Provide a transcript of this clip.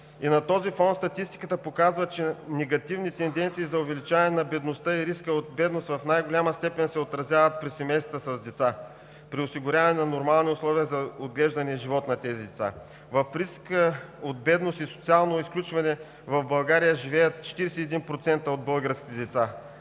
И на този фон статистиката показва, че негативни тенденции за увеличаване на бедността и риска от бедност в най-голяма степен се отразяват при семействата с деца, при осигуряване на нормални условия за отглеждане и живот на тези деца. В риск от бедност и социално изключване в България живеят 41% от българските деца